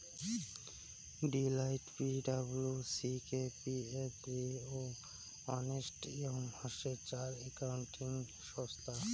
Deloitte, P W C, K P M G ও Ernst Young হসে চার accounting সংস্থা